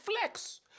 flex